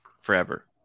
forever